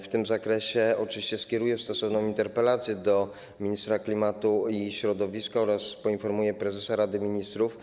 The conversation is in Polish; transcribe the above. W tej sprawie oczywiście skieruję stosowną interpelację do ministra klimatu i środowiska oraz poinformuję prezesa Rady Ministrów.